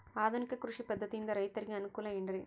ಆಧುನಿಕ ಕೃಷಿ ಪದ್ಧತಿಯಿಂದ ರೈತರಿಗೆ ಅನುಕೂಲ ಏನ್ರಿ?